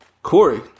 Corey